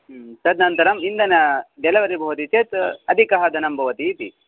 तदनन्तरम् इन्धनं डेलवरि भवति चेत् अधिकः धनं भवति इति